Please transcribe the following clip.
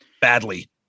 badly